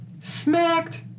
smacked